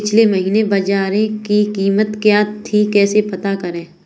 पिछले महीने बाजरे की कीमत क्या थी कैसे पता करें?